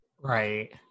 Right